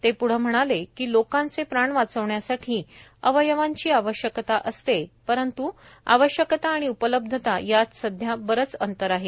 ते पुढं म्हणाले कि लोकांचे प्राण वाचविण्यासाठी अवयवांची आवश्यकता असते परंत् आवश्यकता आणि उपलब्धता यात सध्या बरंच अंतर आहे